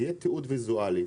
יהיה תיעוד ויזואלי